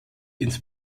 ins